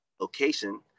location